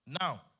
Now